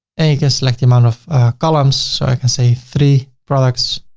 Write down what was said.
and you can select the amount of columns, so i can say three products,